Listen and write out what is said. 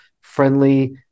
friendly